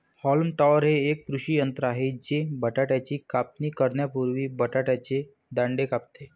haulm topper हे एक कृषी यंत्र आहे जे बटाट्याची कापणी करण्यापूर्वी बटाट्याचे दांडे कापते